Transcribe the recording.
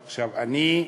עכשיו, אני,